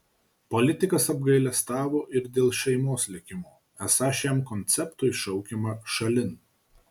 politikas apgailestavo ir dėl šeimos likimo esą šiam konceptui šaukiama šalin